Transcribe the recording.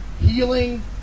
healing